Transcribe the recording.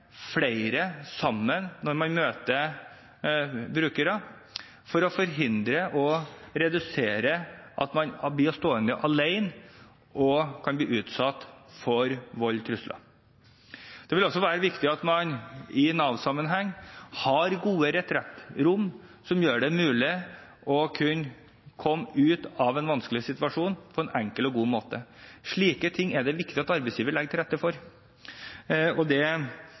flere sammen når man møter brukere, for å forhindre og redusere risikoen for at man blir stående alene og kan bli utsatt for vold og trusler. Det vil også være viktig at man i Nav-sammenheng har gode retrett-rom som gjør det mulig å kunne komme ut av en vanskelig situasjon på en enkel og god måte. Slike ting er det viktig at arbeidsgiver legger til rette for. Det